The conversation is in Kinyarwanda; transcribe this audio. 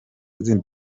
zindi